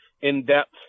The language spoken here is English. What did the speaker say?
in-depth